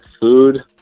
food